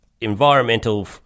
environmental